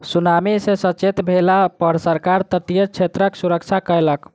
tsunami सॅ सचेत भेला पर सरकार तटीय क्षेत्रक सुरक्षा कयलक